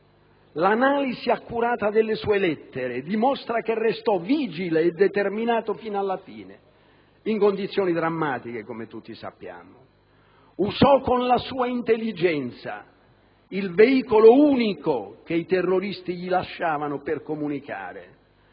L'analisi accurata delle sue lettere dimostra che restò vigile e determinato fino alla fine, in condizioni drammatiche, come tutti sappiamo. Usò con la sua intelligenza l'unico veicolo che i terroristi gli lasciavano per comunicare: